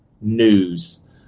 news